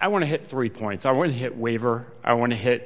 i want to hit three points i want to hit waiver i want to hit